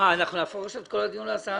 עוד הצעות לסדר?